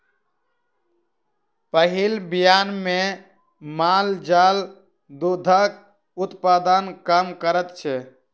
पहिल बियान मे माल जाल दूधक उत्पादन कम करैत छै